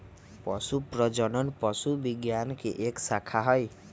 पशु प्रजनन पशु विज्ञान के एक शाखा हई